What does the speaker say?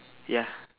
ya